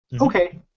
okay